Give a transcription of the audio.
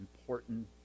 important